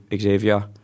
Xavier